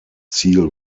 ziel